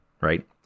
right